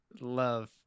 love